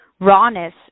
rawness